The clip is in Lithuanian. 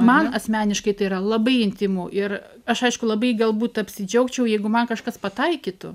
man asmeniškai tai yra labai intymu ir aš aišku labai galbūt apsidžiaugčiau jeigu man kažkas pataikytų